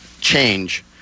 change